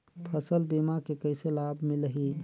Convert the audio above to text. फसल बीमा के कइसे लाभ मिलही?